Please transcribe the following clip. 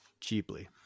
Cheaply